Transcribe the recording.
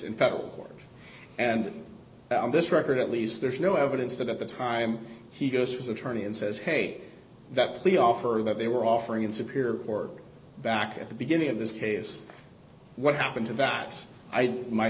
in federal court and this record at least there's no evidence that at the time he goes for the attorney and says hey that plea offer that they were offering in severe or back at the beginning of this case what happened to that might